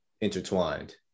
intertwined